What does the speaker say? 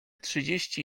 trzydzieści